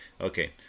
Okay